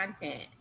content